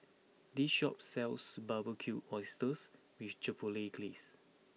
this shop sells Barbecued Oysters with Chipotle Glaze